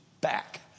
back